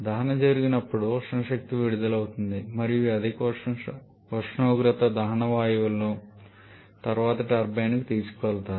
దహన జరిగినప్పుడు ఉష్ణ శక్తి విడుదల అవుతుంది మరియు ఈ అధిక ఉష్ణోగ్రత దహన వాయువులను తరువాత టర్బైన్కు తీసుకువెళతారు